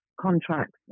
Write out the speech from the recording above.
contracts